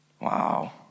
Wow